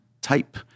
type